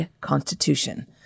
constitution